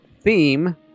theme